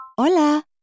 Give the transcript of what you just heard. Hola